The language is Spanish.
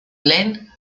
glenn